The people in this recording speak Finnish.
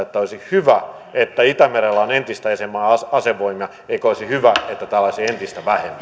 että olisi hyvä että itämerellä on entistä enemmän asevoimia eikö olisi hyvä että täällä olisi entistä